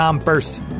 first